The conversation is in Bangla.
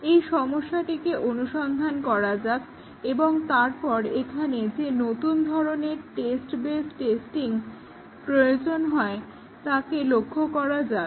এই সমস্যাটিকে অনুসন্ধান করা যাক এবং তারপর এখানে যে নতুন ধরনের স্টেট বেস টেস্টিং প্রয়োজন হয় তাকে লক্ষ্য করা যাক